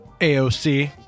AOC